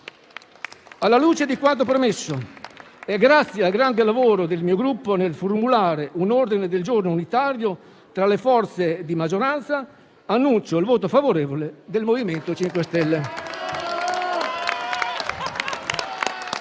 Alla luce di quanto premesso e grazie al grande lavoro del mio Gruppo nel formulare un ordine del giorno unitario tra le forze di maggioranza, annuncio il voto favorevole del MoVimento 5 Stelle